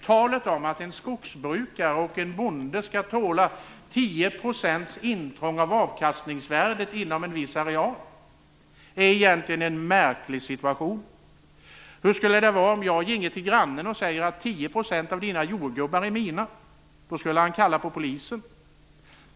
Talet om att en skogsbrukare och en bonde skall tåla 10 % intrång av avkastningsvärdet inom en viss areal är egentligen märkligt. Hur skulle det vara om jag ginge till grannen och sade att 10 % av dina jordgubbar är mina? Då skulle han kalla på polisen.